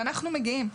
ואנחנו מגיעים.